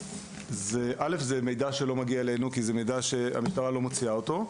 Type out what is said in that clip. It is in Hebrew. א׳ - זה מידע שלא מגיע אלינו משום שהמשטרה לא מוציאה אותו.